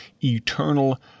eternal